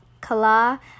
Kala